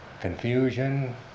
confusion